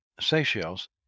Seychelles